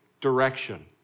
direction